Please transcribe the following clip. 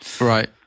Right